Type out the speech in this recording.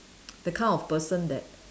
the kind of person that